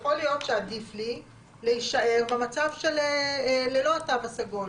יכול להיות שעדיף לי להישאר במצב של ללא התו הסגול.